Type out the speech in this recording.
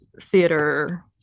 theater